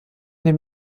dem